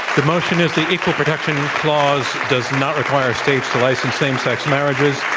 the motion is the equal protection clause does not require states to license same sex marriages.